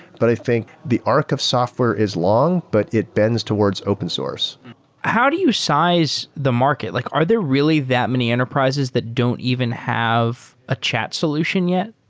but i think the arc of software is long, but it bends towards open source how do you size the market? like are there really that many enterprises that don't even have a chat solution yet?